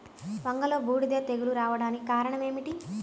వంగలో బూడిద తెగులు రావడానికి కారణం ఏమిటి?